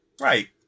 Right